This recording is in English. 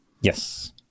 Yes